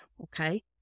okay